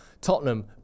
tottenham